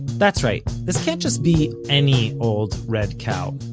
that's right, this can't just be any old red cow.